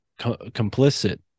complicit